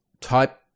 type